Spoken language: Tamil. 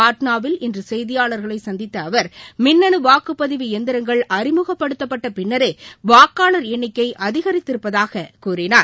பாட்னாவில் இன்று செய்தியாளா்களை சந்தித்த அவா் மின்னனு வாக்குப்பதிவு எந்திரங்கள் அறிமுகப்படுத்தப்பட்ட பின்னரே வாக்காளர் எண்ணிக்கை அதிகரித்திருப்பதாக அவர் கூறினார்